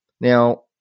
Now